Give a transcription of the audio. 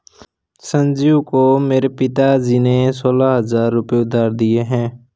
संजीव को मेरे पिताजी ने सोलह हजार रुपए उधार दिए हैं